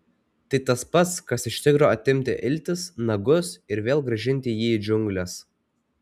tai tas pats kas iš tigro atimti iltis nagus ir vėl grąžinti jį į džiungles